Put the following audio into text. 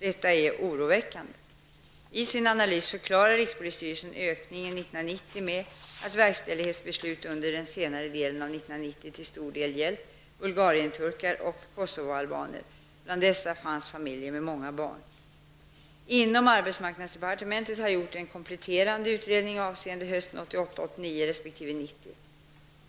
Detta är oroväckande. I sin analys förklarar rikspolisstyrelsen ökningen 1990 med att verkställighetsbeslut under senare delen av 1990 till stor del har gällt bulgarienturkar och Kosovoalbaner. Bland dessa fanns familjer med många barn. Inom arbetsmarknadsdepartementet har gjorts en kompletterande utredning avseende hösten 1988, 1989 resp. 1990.